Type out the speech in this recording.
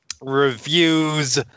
reviews